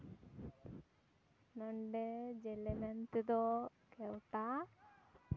ᱱᱚᱰᱮ ᱡᱮᱞᱮ ᱢᱮᱱ ᱛᱮᱫᱚ ᱠᱮᱣᱴᱟ